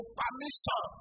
permission